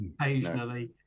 occasionally